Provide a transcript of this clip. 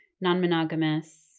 non-monogamous